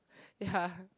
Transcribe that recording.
ya